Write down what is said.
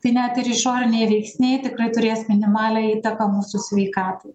tai net ir išoriniai veiksniai tikrai turės minimalią įtaką mūsų sveikatai